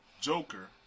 Joker